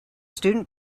student